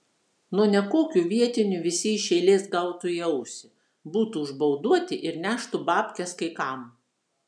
nuo nekokių vietinių visi iš eilės gautų į ausį būtų užbauduoti ir neštų babkes kai kam